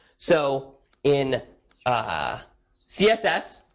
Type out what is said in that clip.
so in ah css,